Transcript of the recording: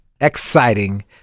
exciting